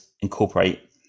incorporate